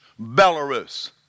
Belarus